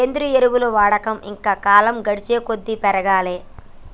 సేంద్రియ ఎరువుల వాడకం ఇంకా కాలం గడిచేకొద్దీ పెరగాలే